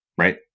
right